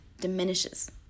diminishes